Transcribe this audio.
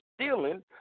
stealing